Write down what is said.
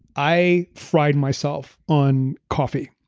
i fried myself on coffee.